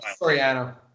Soriano